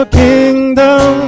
kingdom